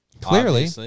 Clearly